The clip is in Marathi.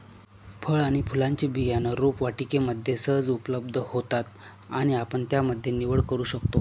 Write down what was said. फळ आणि फुलांचे बियाणं रोपवाटिकेमध्ये सहज उपलब्ध होतात आणि आपण त्यामध्ये निवड करू शकतो